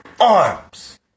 arms